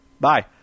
Bye